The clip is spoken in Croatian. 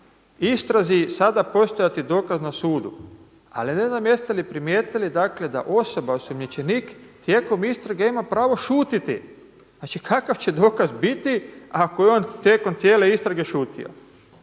istrazi sada postajati dokaz na sudu, ali ne znam jeste li primijetili da osoba osumnjičenik tijekom istrage ima pravo šutiti. Znači kakav će dokaz biti ako je on tijekom cijele istrage šutio?